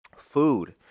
food